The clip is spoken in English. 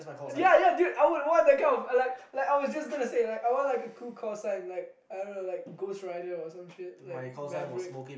ya ya dude I would want that kind of a like like I was just gonna say like I want like a cool call sign like I don't know like ghost rider or some shit like maverick